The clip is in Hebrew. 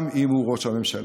גם אם הוא ראש הממשלה.